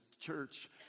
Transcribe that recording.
church